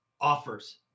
offers